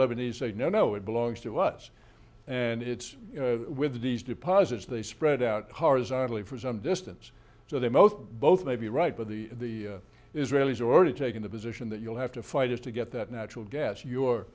lebanese say no no it belongs to us and it's with these deposits they spread out horizontally for some distance so they most both may be right but the israelis are already taking the position that you'll have to fight just to get that natural gas your